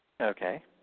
Okay